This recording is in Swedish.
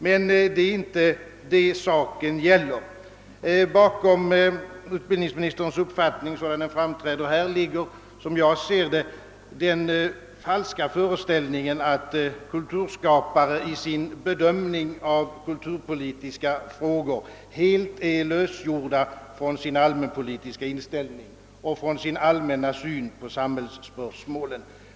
Men det är inte det saken gäller. Bakom utbildningsministerns uppfattning, sådan den framträder här, ligger som jag ser det den falska föreställningen, att kulturskapare i sin bedömning av kulturpolitiska frågor helt är lösgjorda från sin allmänpolitiska inställning och från sin allmänna syn på samhällsspörsmålen.